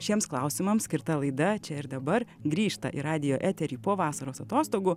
šiems klausimams skirta laida čia ir dabar grįžta į radijo eterį po vasaros atostogų